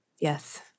Yes